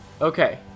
Okay